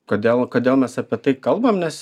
kodėl kodėl mes apie tai kalbam nes